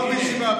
לא בישיבה,